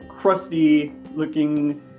crusty-looking